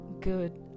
Good